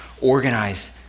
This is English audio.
organize